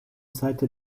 seite